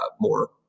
more